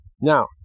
Now